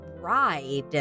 ride